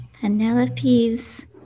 Penelope's